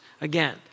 again